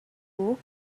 book